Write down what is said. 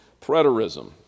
Preterism